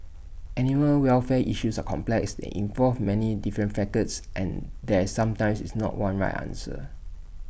animal welfare issues are complex they involve many different facets and there sometimes is not one right answer